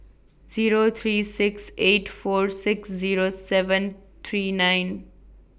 Zero three six eight four six Zero seven three nine